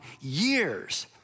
years